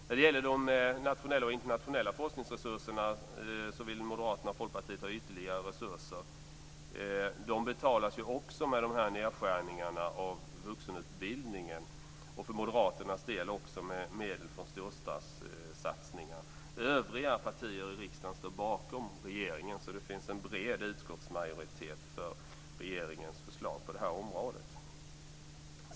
När det gäller de nationella och internationella forskningsresurserna vill Moderaterna och Folkpartiet ha ytterligare resurser. De betalas också med de här nedskärningarna av vuxenutbildningen och, för Moderaternas del, också med medel från storstadssatsningen. Övriga partier i riksdagen står bakom regeringen. Det finns alltså en bred utskottsmajoritet för regeringens förslag på det här området.